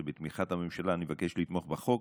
זה בתמיכת הממשלה, אני מבקש לתמוך בחוק.